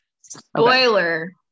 spoiler